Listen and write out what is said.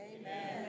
Amen